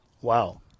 Wow